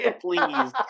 Please